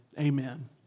Amen